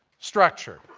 structure.